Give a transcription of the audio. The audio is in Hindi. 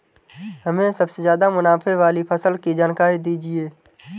हमें सबसे ज़्यादा मुनाफे वाली फसल की जानकारी दीजिए